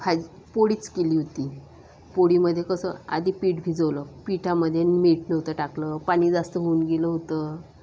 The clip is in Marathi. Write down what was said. भाज पोळीच केली होती पोळीमध्ये कसं आधी पीठ भिजवलं पीठामध्ये मीठ नव्हतं टाकलं पाणी जास्त होऊन गेलं होतं